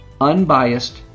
unbiased